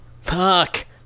Fuck